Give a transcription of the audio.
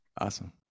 awesome